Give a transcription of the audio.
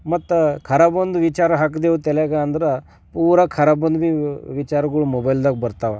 ಮತ್ತ ಖರಾಬೊಂದು ವಿಚಾರ ಹಾಕಿದೆವು ತಲೆಯಾಗೆ ಅಂದ್ರೆ ಪೂರ ಖರಾಬೊಂದು ಭೀ ವಿಚಾರಗಳು ಮೊಬೈಲ್ದಾಗೆ ಬರ್ತಾವೆ